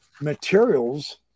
materials